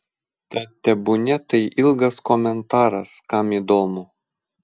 tad tebūnie tai ilgas komentaras kam įdomu